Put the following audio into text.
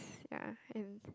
yeah and